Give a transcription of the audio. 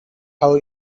how